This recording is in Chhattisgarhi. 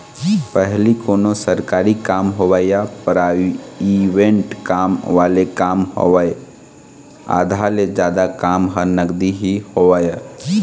पहिली कोनों सरकारी काम होवय या पराइवेंट वाले काम होवय आधा ले जादा काम ह नगदी ही होवय